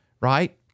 right